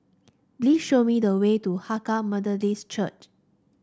please show me the way to Hakka Methodist Church